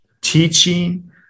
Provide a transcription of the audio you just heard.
teaching